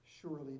surely